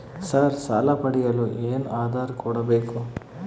Sir ಸಾಲ ಪಡೆಯಲು ಏನು ಆಧಾರ ಕೋಡಬೇಕು?